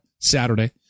Saturday